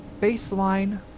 baseline